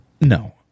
No